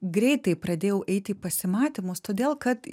greitai pradėjau eiti į pasimatymus todėl kad